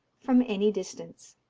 from any distance.